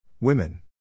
Women